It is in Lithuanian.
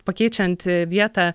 pakeičiant vietą